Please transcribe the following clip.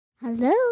Hello